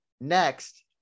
Next